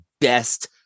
best